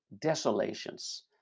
desolations